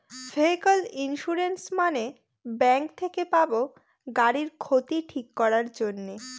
vehicle insurance মানে bank থেকে পাবো গাড়ির ক্ষতি ঠিক করাক জন্যে